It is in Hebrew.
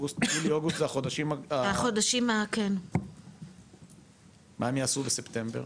יולי-אוגוסט זה החודשים, מה הם יעשו בספטמבר?